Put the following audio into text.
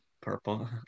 purple